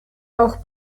auch